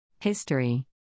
History